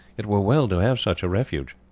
it were well to have such a refuge.